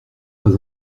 pas